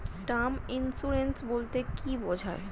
Term insurance বলতে কী বোঝায়?